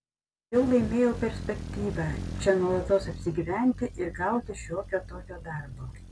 jau laimėjau perspektyvą čia nuolatos apsigyventi ir gauti šiokio tokio darbo